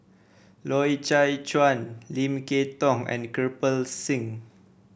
Loy Chye Chuan Lim Kay Tong and Kirpal Singh